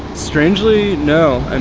strangely no. and